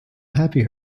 happy